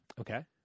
Okay